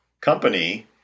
company